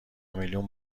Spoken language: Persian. میلیون